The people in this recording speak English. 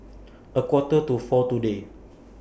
A Quarter to four today